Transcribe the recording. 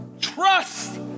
Trust